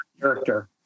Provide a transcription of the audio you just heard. character